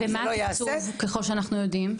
ייעשה --- ומה התקצוב ככל שאנחנו יודעים?